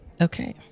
okay